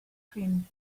crimson